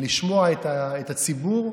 לשמוע את הציבור,